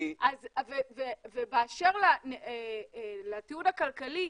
באשר לטיעון הכלכלי,